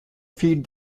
feed